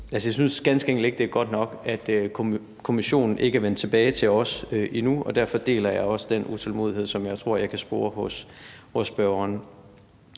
jeg synes ganske enkelt ikke, at det er godt nok, at Kommissionen ikke er vendt tilbage til os endnu, og derfor deler jeg også den utålmodighed, som jeg tror jeg kan spore hos spørgeren.